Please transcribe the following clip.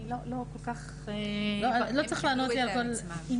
אני לא כל כך --- לא צריך לענות לי על כל דבר.